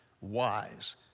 Wise